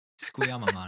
Squeamish